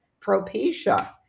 Propecia